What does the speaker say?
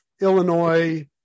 Illinois